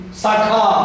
sakha